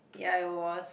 ya it was